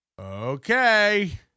Okay